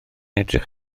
edrych